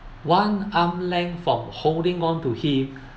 one arm length from holding on to him